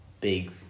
big